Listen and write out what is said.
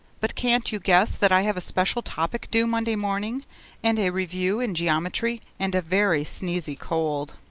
but can't you guess that i have a special topic due monday morning and a review in geometry and a very sneezy cold?